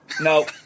No